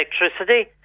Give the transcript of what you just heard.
electricity